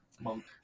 monk